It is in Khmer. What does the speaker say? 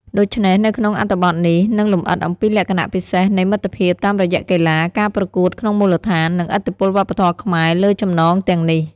ដុច្នេះ នៅក្នុងអត្ថបទនេះនឹងលម្អិតអំពីលក្ខណៈពិសេសនៃមិត្តភាពតាមរយៈកីឡា ការប្រកួតក្នុងមូលដ្ឋាន និងឥទ្ធិពលវប្បធម៌ខ្មែរលើចំណងទាំងនេះ។